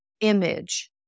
image